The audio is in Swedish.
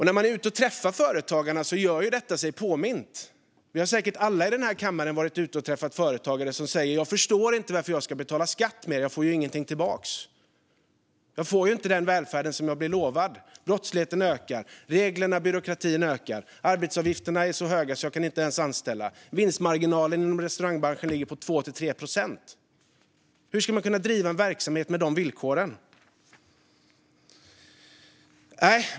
När man träffar företagare gör sig denna bild påmind. Vi har säkert alla här i kammaren träffat företagare som säger att de inte förstår varför de ska betala skatt eftersom de inte får något tillbaka. De får inte den utlovade välfärden. Brottsligheten ökar. Reglerna och byråkratin ökar. Arbetsgivaravgifterna är så höga att de inte kan anställa. Vinstmarginalen inom restaurangbranschen ligger på 2-3 procent. Hur ska de driva verksamhet med de villkoren?